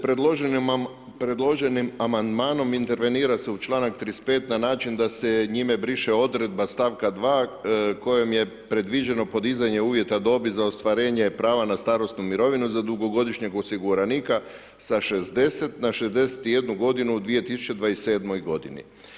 Predloženim amandmanom intervenira se u članak 35., na način da se njime briše odredba stavka 2., kojom je predviđeno podizanje uvjeta dobi za ostvarenje prava na starosnu mirovinu za dugogodišnjeg osiguranika, sa 60 na 61 godinu u 2027. godini.